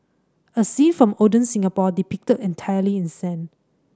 a scene from olden Singapore depicted entirely in sand